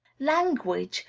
language,